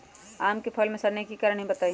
आम क फल म सरने कि कारण हई बताई?